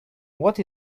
what